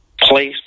place